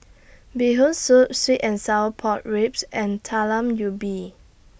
Bee Hoon Soup Sweet and Sour Pork Ribs and Talam Ubi